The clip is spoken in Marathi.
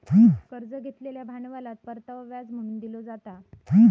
कर्ज घेतलेल्या भांडवलात परतावो व्याज म्हणून दिलो जाता